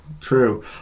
True